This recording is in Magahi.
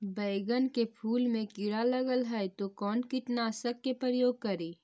बैगन के फुल मे कीड़ा लगल है तो कौन कीटनाशक के प्रयोग करि?